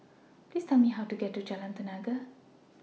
Please Tell Me How to get to Jalan Tenaga